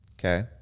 okay